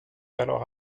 alors